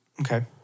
Okay